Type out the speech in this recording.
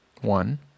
One